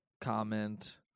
comment